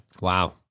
Wow